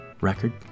record